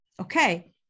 okay